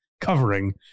covering